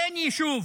אין יישוב